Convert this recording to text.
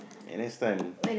N_S time